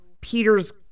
Peter's